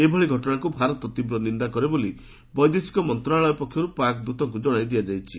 ଏଭଳି ଘଟଣାକୁ ଭାରତ ତୀବ୍ର ନିନ୍ଦା କରେ ବୋଲି ବୈଦେଶିକ ମନ୍ତ୍ରଣାଳୟ ପକ୍ଷରୁ ପାକ୍ ଦୃତଙ୍କୁ ଜଣାଇ ଦିଆଯାଇଛି